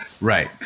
Right